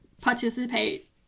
participate